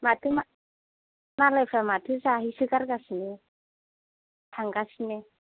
माथो मा मालायफ्रा माथो जाहैसो गारगासिनो थांगासिनो